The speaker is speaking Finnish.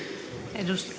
arvoisa